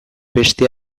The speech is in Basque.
beste